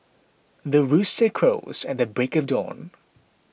the rooster crows at the break of dawn